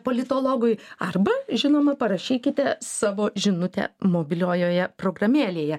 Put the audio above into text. politologui arba žinoma parašykite savo žinutę mobiliojoje programėlėje